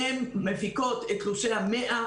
אתם הולכים לשלוח את זה לעובדים או למעסיקים?